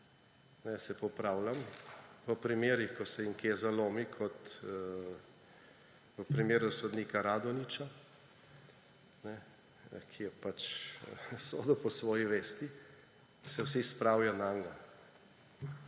se popravljam, v primerih, ko se jim kje zalomi, kot v primeru sodnika Radonjića, ki je pač sodil po svoji vesti, se vsi spravijo nanj,